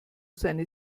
seine